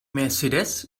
mercedes